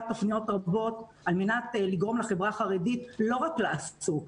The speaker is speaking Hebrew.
תכנית רבות על מנת לגרום לחברה החרדית לא רק לעסוק,